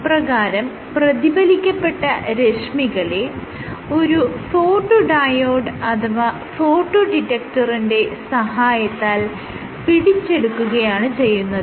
ഇപ്രകാരം പ്രതിഫലിക്കപ്പെട്ട രശ്മികളെ ഒരു ഫോട്ടോ ഡയോഡ് അഥവാ ഫോട്ടോ ഡിറ്റക്ടറിന്റെ സഹായത്താൽ പിടിച്ചെടുക്കുകയാണ് ചെയ്യുന്നത്